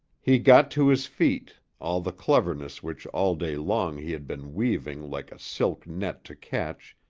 he got to his feet, all the cleverness which all day long he had been weaving like a silk net to catch,